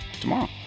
tomorrow